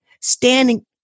Standing